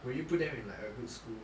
will you put them in like a good school